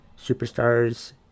superstars